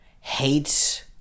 hates